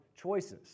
choices